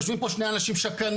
יושבים פה שני אנשים שקרנים,